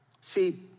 See